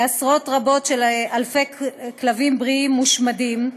עשרות רבות, אלפי כלבים בריאים מושמדים,